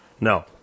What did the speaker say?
No